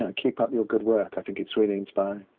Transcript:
ah keep up your good work. i think it's really inspiring.